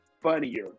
funnier